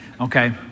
Okay